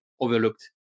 overlooked